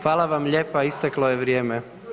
Hvala vam lijepa isteklo je vrijeme.